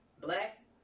black